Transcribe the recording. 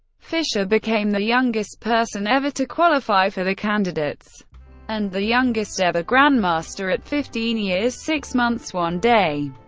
fischer became the youngest person ever to qualify for the candidates and the youngest ever grandmaster at fifteen years, six months, one day.